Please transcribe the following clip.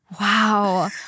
Wow